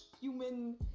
human